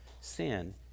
Sin